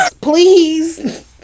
please